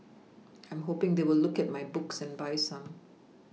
I'm hoPing they will look at my books and buy some